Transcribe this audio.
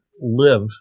live